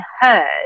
heard